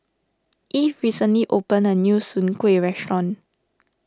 Eve recently opened a new Soon Kway restaurant